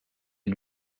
est